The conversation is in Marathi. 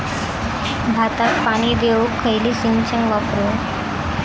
भाताक पाणी देऊक खयली सिंचन वापरू?